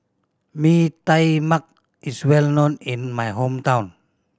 Mee Tai Mak is well known in my hometown